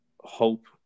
hope